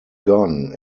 gone